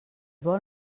vol